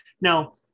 Now